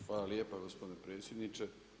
Hvala lijepa gospodine predsjedniče.